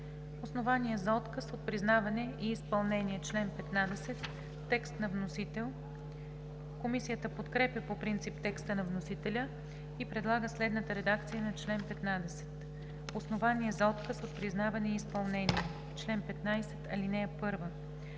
„Основания за отказ от признаване и изпълнение“ – чл. 15, текст на вносителя. Комисията подкрепя по принцип текста на вносителя и предлага следната редакция на чл. 15: „Основания за отказ от признаване и изпълнение Чл. 15. (1)